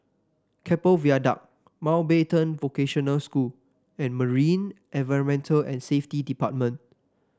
Keppel Viaduct Mountbatten Vocational School and Marine Environment and Safety Department